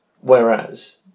Whereas